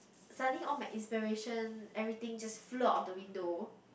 suddenly all my inspiration everything just flew out of the window